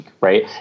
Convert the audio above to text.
Right